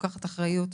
לוקחת אחריות,